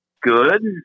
good